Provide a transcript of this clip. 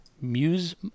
Muse